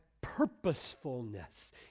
purposefulness